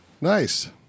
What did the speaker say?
nice